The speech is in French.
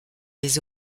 les